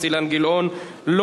התשע"ב 2012,